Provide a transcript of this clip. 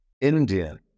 Indian